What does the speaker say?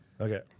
Okay